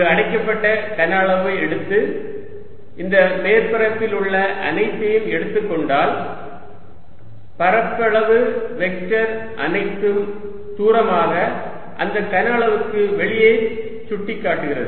ஒரு அடைக்கப்பட்ட கன அளவு எடுத்து இந்த மேற்பரப்பில் உள்ள அனைத்தையும் எடுத்துக் கொண்டால் பரப்பளவு வெக்டர் அனைத்தும் தூரமாக அந்த கன அளவுக்கு வெளியே சுட்டிக்காட்டுகிறது